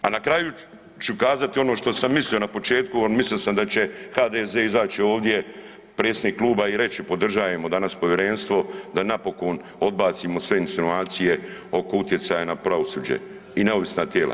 A na kraju ću kazati ono što sam mislio na početku, al mislio sam da će HDZ izaći ovdje, predsjednik kluba i reći podržajemo danas povjerenstvo da napokon odbacimo sve insinuacije oko utjecaja na pravosuđe i neovisna tijela.